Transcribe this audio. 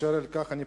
אשר על כן,